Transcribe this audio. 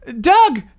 Doug